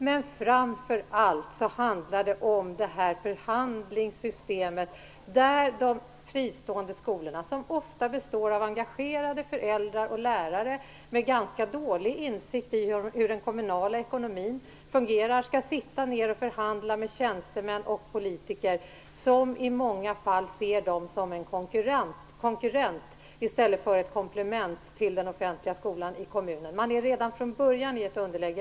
Men framför allt handlar det om det här förhandlingssystemet, där de fristående skolorna, som ofta består av engagerade föräldrar och lärare med ganska dålig insikt i hur den kommunala ekonomin fungerar, skall sitta ned och förhandla med tjänstemän och politiker som i många fall ser dem som en konkurrent i stället för ett komplement till den offentliga skolan i kommunen. Man är redan från början i ett underläge.